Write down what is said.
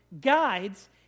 guides